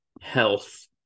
health